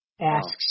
asks